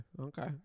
Okay